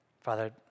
Father